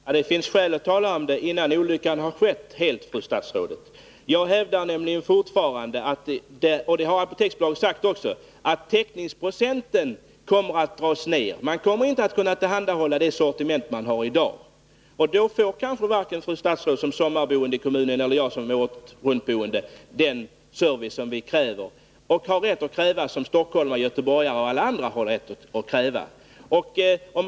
Fru talman! Det finns skäl att tala om det innan olyckan har skett, fru statsråd. Jag hävdar nämligen fortfarande — och det har också Apoteksbolaget sagt — att täckningsprocenten kommer att dras ner. Man kommer inte att kunna tillhandahålla det sortiment man har i dag. Och då får kanske varken fru statsrådet som sommarboende i kommunen eller jag som åretruntboende den service som vi kräver och som vi har rätt att kräva liksom stockholmare, göteborgare och alla andra.